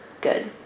Good